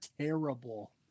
terrible